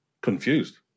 confused